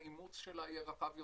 האימוץ שלה יהיה רחב יותר,